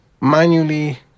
manually